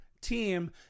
team